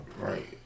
right